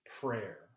prayer